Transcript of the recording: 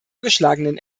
vorgeschlagenen